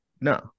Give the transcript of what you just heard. no